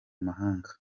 mahanga